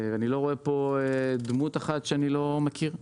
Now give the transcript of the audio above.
אני לא רואה פה דמות אחת שאני לא מכיר.